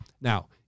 Now